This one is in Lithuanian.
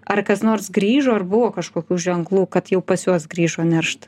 ar kas nors grįžo ar buvo kažkokių ženklų kad jau pas juos grįžo neršt